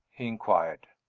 he inquired.